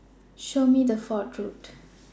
Show Me The Way to Fort Road